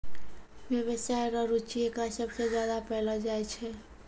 व्यवसाय रो रुचि एकरा सबसे ज्यादा पैलो जाय छै